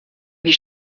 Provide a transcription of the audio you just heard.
wie